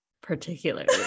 particularly